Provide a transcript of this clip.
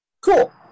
Cool